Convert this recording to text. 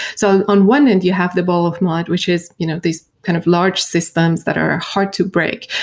so on one end you have the ball of mud, which is you know these kind of large systems that are hard to break,